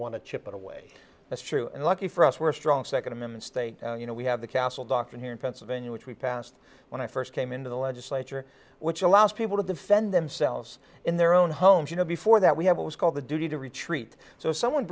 want to chip away that's true and lucky for us we're strong second amendment state and you know we have the castle doctrine here in pennsylvania which we passed when i first came into the legislature which allows people to defend themselves in their own homes you know before that we have the duty to retreat so if someone